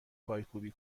پایکوبی